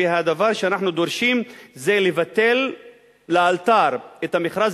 והדבר שאנחנו דורשים זה לבטל לאלתר את המכרז